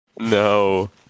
No